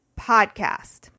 podcast